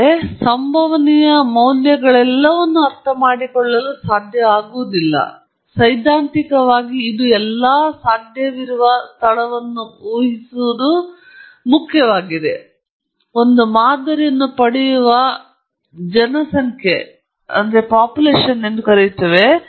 ಆದ್ದರಿಂದ ಸಂಭವನೀಯ ಮೌಲ್ಯಗಳೆಲ್ಲವನ್ನೂ ಅರ್ಥಮಾಡಿಕೊಳ್ಳಲು ಸಾಧ್ಯವಾಗಿಲ್ಲ ಆದರೆ ಸೈದ್ಧಾಂತಿಕವಾಗಿ ಇದು ಎಲ್ಲಾ ಸಾಧ್ಯವಿರುವ ಸ್ಥಳವನ್ನು ಊಹಿಸಲು ಮುಖ್ಯವಾಗಿದೆ ಮತ್ತು ನಾವು ಒಂದು ಮಾದರಿಯನ್ನು ಪಡೆಯುವ ಜನಸಂಖ್ಯೆ ಎಂದು ನಾವು ಕರೆಯುತ್ತೇವೆ